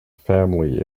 family